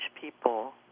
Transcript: people